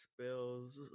spells